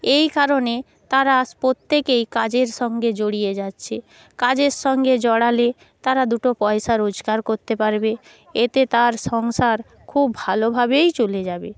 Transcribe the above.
এই কারণে তারা পত্যেকেই কাজের সঙ্গে জড়িয়ে যাচ্ছে কাজের সঙ্গে জড়ালে তারা দুটো পয়সা রোজগার করতে পারবে এতে তার সংসার খুব ভালোভাবেই চলে যাবে